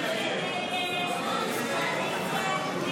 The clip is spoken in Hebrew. להעביר לוועדה את הצעת חוק נישואין וגירושין,